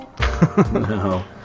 No